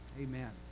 Amen